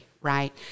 right